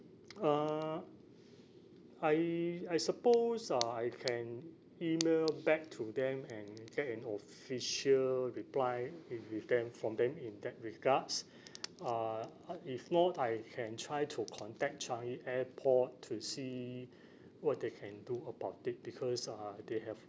uh I I suppose uh I can email back to them and get an official reply wi~ with them from them in that regards uh uh if not I can try to contact changi airport to see what they can do about it because uh they have